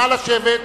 נא לשבת.